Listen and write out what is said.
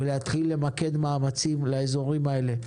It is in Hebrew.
ולהתחיל למקד מאמצים לאזורים הללו.